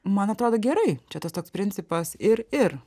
man atrodo gerai čia tas toks principas ir ir